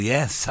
Yes